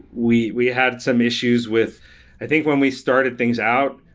we we had some issues with i think when we started things out,